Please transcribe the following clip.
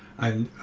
and